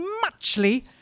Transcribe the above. muchly